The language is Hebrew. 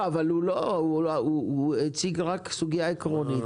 לא, אבל הוא הציג רק סוגיה עקרונית.